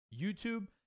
youtube